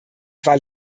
weil